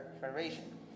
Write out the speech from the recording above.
Federation